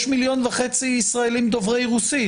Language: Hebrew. יש מיליון וחצי ישראלים דוברי רוסית.